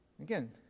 Again